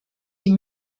die